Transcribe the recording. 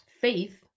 Faith